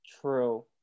True